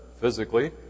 physically